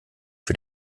für